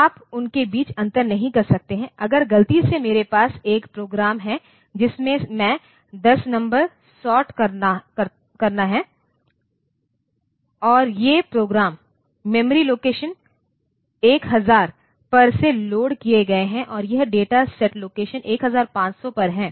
आप उनके बीच अंतर नहीं कर सकते हैं अगर गलती से मेरे पास एक प्रोग्राम है जिसमें मुझे 10 नंबर सॉर्ट करना है और ये प्रोग्राम मेमोरी लोकेशन 1000 पर से लोड किए गए हैं और यह डेटा सेट लोकेशन 1500 पर है